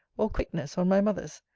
or quickness on my mother's,